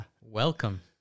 welcome